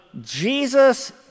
Jesus